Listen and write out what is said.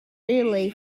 really